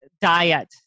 diet